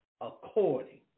according